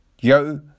Yo